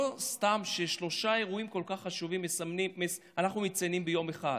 זה לא סתם ששלושה אירועים כל כך חשובים אנחנו מציינים ביום אחד,